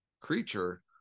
creature